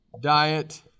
diet